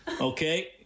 Okay